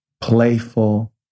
playful